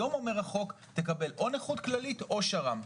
היום אומר החוק: תקבל או נכות כללית או שר"מ.